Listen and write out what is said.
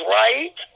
right